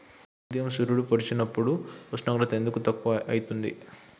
ఉదయం సూర్యుడు పొడిసినప్పుడు ఉష్ణోగ్రత ఎందుకు తక్కువ ఐతుంది?